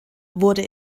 wurde